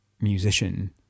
musician